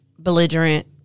belligerent